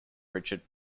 richard